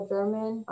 German